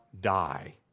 die